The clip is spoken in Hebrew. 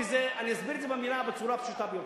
כי אני אסביר את זה בצורה הפשוטה ביותר.